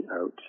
out